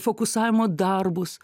fokusavimo darbus